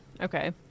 Okay